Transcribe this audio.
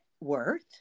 worth